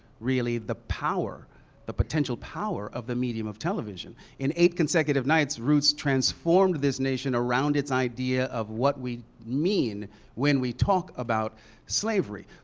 really, the power the potential power of the medium of television. in eight consecutive nights, roots transformed this nation around its idea of what we mean when we talk about slavery.